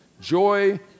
Joy